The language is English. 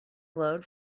glowed